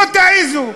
לא תעזו.